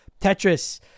Tetris